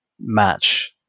match